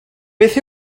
beth